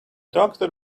doctor